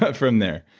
but from there,